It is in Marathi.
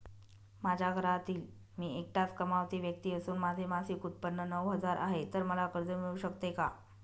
माझ्या घरातील मी एकटाच कमावती व्यक्ती असून माझे मासिक उत्त्पन्न नऊ हजार आहे, तर मला कर्ज मिळू शकते का?